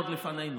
עוד לפנינו.